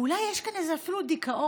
ואולי יש כאן אפילו דיכאון,